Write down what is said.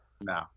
No